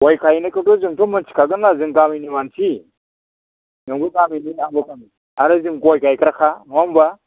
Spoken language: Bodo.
गय गायनो खौथ' जोंथ' मिथिखागोन ना जों गामिनि मानसि नोंबो गामिनि आंबो गामिनि आरो जों गय गायग्राखा नङा होनब्ला